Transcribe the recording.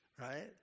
right